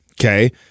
Okay